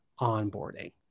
onboarding